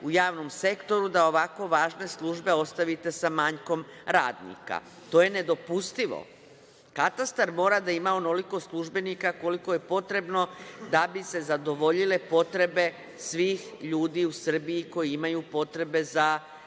u javnom sektoru, da ovako važne službe ostavite sa manjkom radnika. To je nedopustivo. Katastar mora da ima onoliko službenika koliko je potrebno da bi se zadovoljile potrebe svih ljudi u Srbiji koji imaju potrebe za